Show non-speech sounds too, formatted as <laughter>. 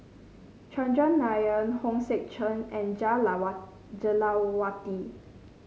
Chandran Nair Hong Sek Chern and Jah <unintelligible> Jah Lelawati